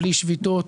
בלי שביתות.